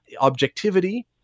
objectivity